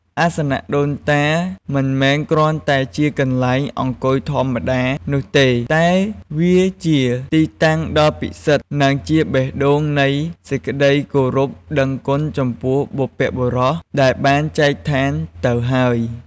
អាសនៈដូនតា មិនមែនគ្រាន់តែជាកន្លែងអង្គុយធម្មតានោះទេ តែវាជាទីតាំងដ៏ពិសិដ្ឋ និងជាបេះដូងនៃសេចក្តីគោរពដឹងគុណចំពោះបុព្វបុរសដែលបានចែកឋានទៅហើយ។